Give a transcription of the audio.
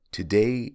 Today